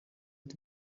ari